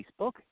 Facebook